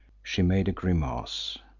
she made a grimace.